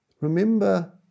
Remember